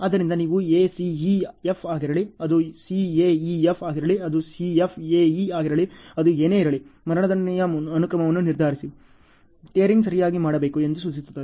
ಆದ್ದರಿಂದ ನೀವು ACEF ಆಗಿರಲಿ ಅದುCAEF ಆಗಿರಲಿ ಅದುCF AEಆಗಿರಲಿ ಅದು ಏನೇ ಇರಲಿ ಮರಣದಂಡನೆಯ ಅನುಕ್ರಮವನ್ನು ನಿರ್ಧರಿಸಿ ಟೀಯರಿಂಗ್ ಸರಿಯಾಗಿ ಮಾಡಬೇಕು ಎಂದು ಸೂಚಿಸುತ್ತದೆ